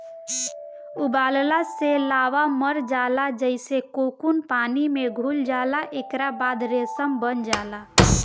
उबालला से लार्वा मर जाला जेइसे कोकून पानी में घुल जाला एकरा बाद रेशम बन जाला